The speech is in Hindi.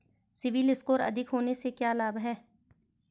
सीबिल स्कोर अधिक होने से क्या लाभ हैं?